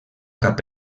cap